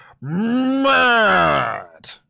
mad